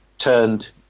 Turned